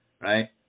right